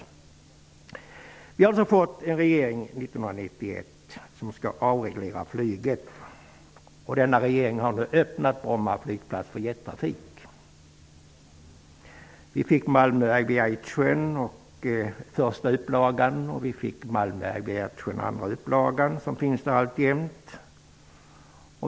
År 1991 fick vi en regering som skall avreglera flyget. Denna regering har nu öppnat Bromma flygplats för jettrafik. Vi fick Malmö aviation i både en och två upplagor, varav den senaste finns där alltjämt.